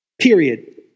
Period